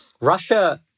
Russia